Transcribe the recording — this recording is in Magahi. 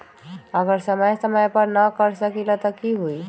अगर समय समय पर न कर सकील त कि हुई?